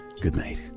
goodnight